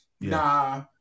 nah